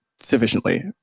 sufficiently